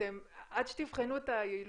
אתם עד שתבחנו את היעילות,